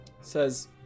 Says